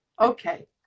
okay